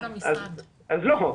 אז לא,